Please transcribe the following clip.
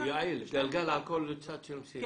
גלגל בכל צד של מסילה.